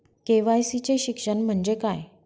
KYC चे शिक्षण म्हणजे काय?